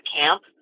camp